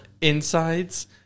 insides